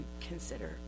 consider